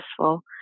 successful